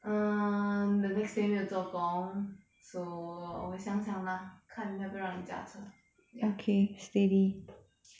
err the next day 没有做工 so 我想想吧看要不要让你驾车